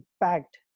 impact